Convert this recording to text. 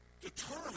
determine